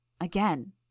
Again